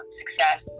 success